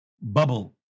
bubble